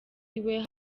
iwe